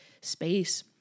space